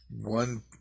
one